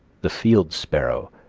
the field sparrow,